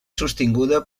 sostinguda